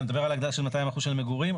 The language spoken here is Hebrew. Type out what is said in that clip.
אתה מדבר על ההגדלה ב 200% של מגורים?